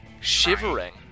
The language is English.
shivering